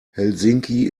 helsinki